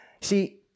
See